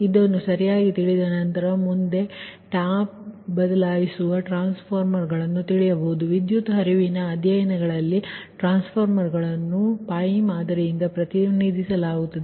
ಇದನ್ನು ಸರಿಯಾಗಿ ತಿಳಿದ ನಂತರ ಮುಂದೆ ಟ್ಯಾಪ್ ಬದಲಾಯಿಸುವ ಟ್ರಾನ್ಸ್ಫಾರ್ಮರ್ಗಳನ್ನು ತಿಳಿಯಬಹುದು ವಿದ್ಯುತ್ ಹರಿವಿನ ಅಧ್ಯಯನಗಳಲ್ಲಿ ಟ್ರಾನ್ಸ್ಫಾರ್ಮರ್ ಅನ್ನು π ಮಾದರಿಯಿಂದ ಪ್ರತಿನಿಧಿಸಲಾಗುತ್ತದೆ